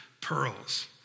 pearls